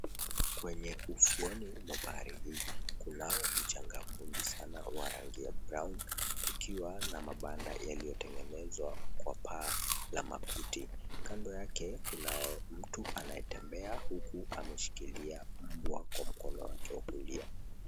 Kwenye ufuoni wa bahari hii, kunao mchanga mwingi sana wa rangi ya brown , kukiwa na mabanda yaliyotengenezwa kwa paa la makuti. Kando yake kunaye mtu anayetembea huku ameshikilia mbwa kwa mkono wake wa kulia.